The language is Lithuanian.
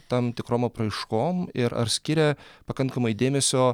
tam tikrom apraiškom ir ar skiria pakankamai dėmesio